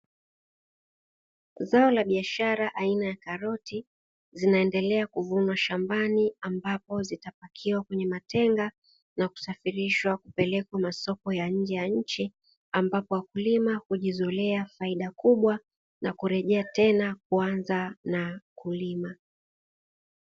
Zao la biashara aina ya karoti zinaendelea kuvunwa shambani, ambapo zitapakiwa kwenye matenga na kusafirishwa kupelekwa masoko ya nje ya nchi ambapo wakulima hujizolea faida kubwa na kurejea tena kuanza na kulima.